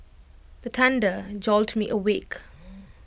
the thunder jolt me awake